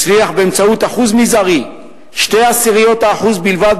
שהצליח באמצעות אחוז מזערי של 0.2% בלבד